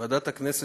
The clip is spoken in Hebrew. ועדת הכנסת.